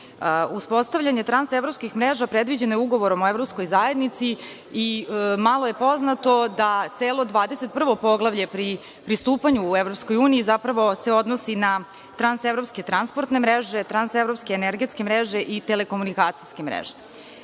Uspostavljanje trans-evropskih mreža predviđeno je Ugovorom o Evropskoj zajednici i malo je poznato da celo Poglavlje 21 pri pristupanju u EU zapravo se odnosi na evropske Trans-evropske transportne mreže, trans-evropske energetske mreže i telekomunikacijske mreže.